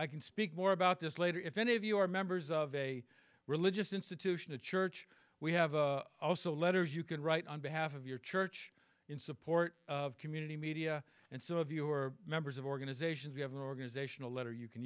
i can speak more about this later if any of you are members of a religious institution a church we have also letters you can write on behalf of your church in support of community media and so if you are members of organizations you have an organizational letter you can